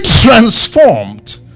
transformed